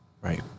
Right